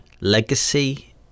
legacy